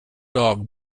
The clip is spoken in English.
dog